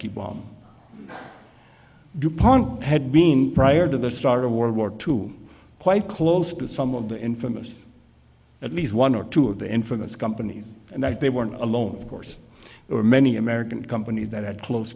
dupont had been prior to the start of world war two quite close to some of the infamous at least one or two of the infamous companies and that they weren't alone of course or many american companies that had close